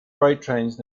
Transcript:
trains